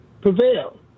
prevail